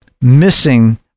missing